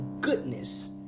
goodness